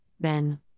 Ben